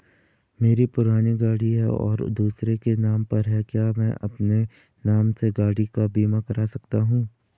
मेरी पुरानी गाड़ी है और दूसरे के नाम पर है क्या मैं अपने नाम से गाड़ी का बीमा कर सकता हूँ?